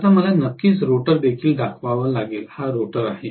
आता मला नक्कीच रोटर देखील दाखवावा लागेल हा माझा रोटर आहे